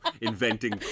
inventing